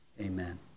amen